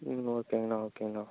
ம் ஓகேங்கண்ணா ஓகேங்கண்ணா